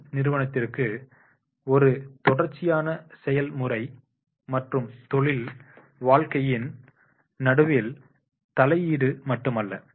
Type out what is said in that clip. G நிறுவனத்திற்கு ஒரு தொடர்ச்சியான செயல்முறை மற்றும் தொழில் வாழ்க்கையின் நடுவில் தலையீடு மட்டுமல்ல